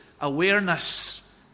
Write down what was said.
awareness